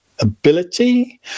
ability